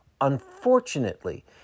Unfortunately